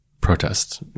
protests